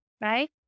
right